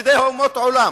חסידי אומות עולם.